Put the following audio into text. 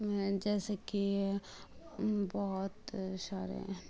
جیسے کہ بہت سارے